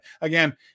Again